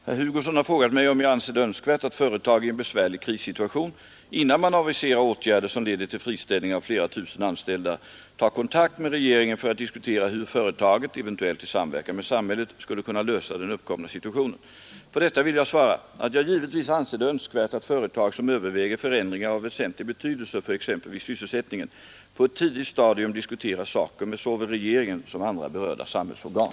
Herr talman! Herr Hugosson har frågat mig om jag anser det önskvärt att företag i en besvärlig krissituation, innan man aviserar åtgärder som leder till friställningar av flera tusen anställda, tar kontakt med regeringen för att diskutera hur företaget — eventuellt i samverkan med samhället — skulle kunna lösa den uppkomna situationen. På detta vill jag svara att jag givetvis anser det önskvärt att företag som överväger förändringar av väsentlig betydelse för exempelvis sysselsättningen på ett tidigt stadium diskuterar saken med såväl regeringen som andra berörda samhällsorgan.